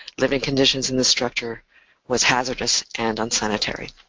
living conditions in the structure was hazardous and unsanitary.